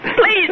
Please